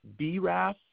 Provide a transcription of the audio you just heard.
BRAF